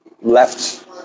left